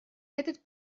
этот